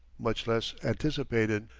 much less anticipated.